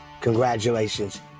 Congratulations